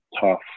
tough